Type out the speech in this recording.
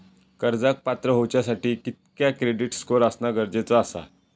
कर्जाक पात्र होवच्यासाठी कितक्या क्रेडिट स्कोअर असणा गरजेचा आसा?